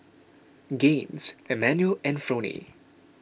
Gaines Emanuel and Fronie